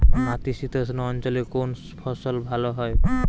নাতিশীতোষ্ণ অঞ্চলে কোন ফসল ভালো হয়?